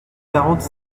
quarante